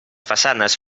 façanes